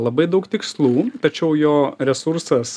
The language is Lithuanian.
labai daug tikslų tačiau jo resursas